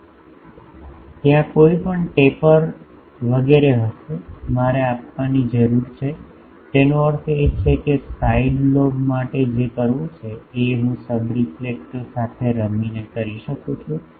તેથી ત્યાં કાંઈ પણ ટેપર વગેરે મારે આપવાની જરૂર છે તેનો અર્થ એ છે કે સાઇડ લોબ માટે જે કરવું છે એ હું સબરેલેક્ફેક્ટર સાથે રમીને કરી શકું છું